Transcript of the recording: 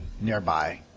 nearby